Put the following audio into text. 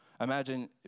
Imagine